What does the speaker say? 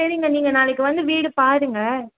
சரிங்க நீங்கள் நாளைக்கு வந்து வீடு பாருங்க